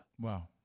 Wow